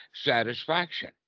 satisfaction